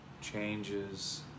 Changes